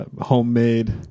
homemade